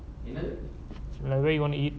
like where you want to eat